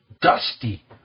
dusty